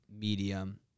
medium